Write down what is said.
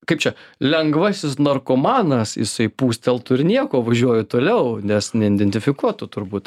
kaip čia lengvasis narkomanas jisai pūsteltų ir nieko važiuoju toliau nes neindentifikuotų turbūt ar